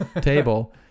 table